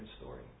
story